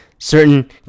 Certain